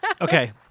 Okay